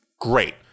great